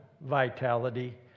vitality